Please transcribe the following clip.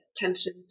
attention